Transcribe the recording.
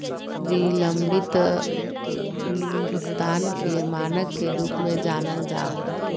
बिलम्बित भुगतान के मानक के रूप में जानल जा हइ